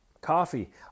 coffee